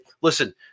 listen